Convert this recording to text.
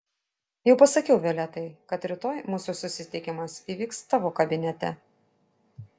jau pasakiau violetai kad rytoj mūsų susitikimas įvyks tavo kabinete